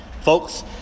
folks